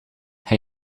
hij